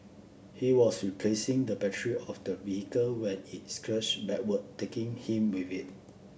he was replacing the battery of the vehicle when it surged backward taking him with it